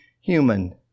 human